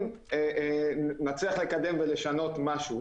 אם נצליח לקדם ולשנות משהו.